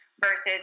versus